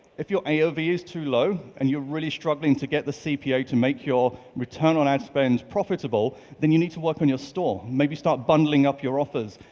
if your ah aov is too low and you're really struggling to get the cpa to make your return on ad spend profitable, then you need to work on your store. maybe start bundling up your offers,